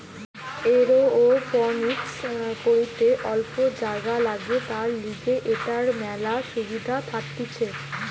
aeroponics করিতে অল্প জাগা লাগে, তার লিগে এটার মেলা সুবিধা থাকতিছে